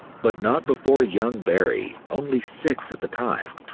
but not before young barrie, only six at the time,